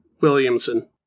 Williamson